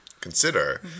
consider